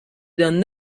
d’un